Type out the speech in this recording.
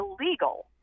illegal—